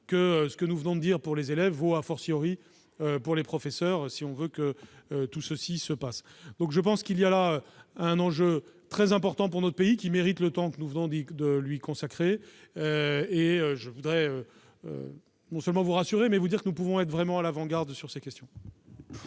que ce que nous venons de dire pour les élèves vaut,, pour les professeurs si on veut que tout cela se réalise. Il y a là, pour notre pays, un enjeu très important qui mérite le temps que nous venons de lui consacrer. Je voudrais non seulement vous rassurer, mais aussi vous dire que nous pouvons être vraiment à l'avant-garde sur ces questions.